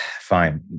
fine